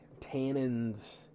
tannins